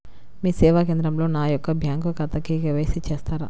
మీ సేవా కేంద్రంలో నా యొక్క బ్యాంకు ఖాతాకి కే.వై.సి చేస్తారా?